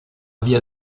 via